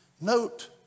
Note